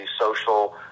social